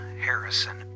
harrison